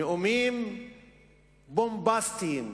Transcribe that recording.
נאומים בומבסטיים,